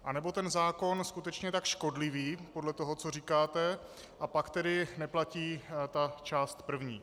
Anebo ten zákon je skutečně tak škodlivý podle toho, co říkáte, a pak tedy neplatí ta část první.